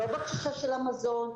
לא הבקשה של המזון,